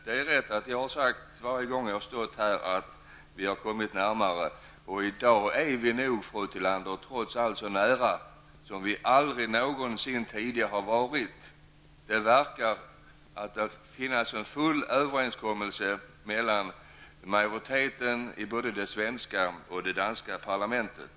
Det är riktigt att jag, varje gång jag har stått här, har sagt att vi har kommit närmare ett brobygge, och i dag är vi nog, fru Tillander, trots allt så nära som vi aldrig någonsin tidigare har varit. Det verkar att finnas en full överensstämmelse mellan majoriteten både i det svenska och i det danska parlamentet.